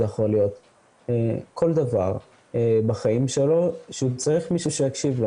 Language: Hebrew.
זה יכול להיות כל דבר בחיים שלו שהוא צריך מישהו שיקשיב לו,